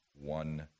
one